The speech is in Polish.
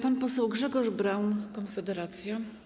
Pan poseł Grzegorz Braun, Konfederacja.